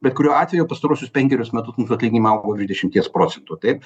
bet kuriuo atveju pastaruosius penkerius metus mūsų atlyginimai augo dvidešimties procentų taip